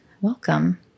Welcome